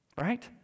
Right